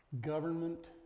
government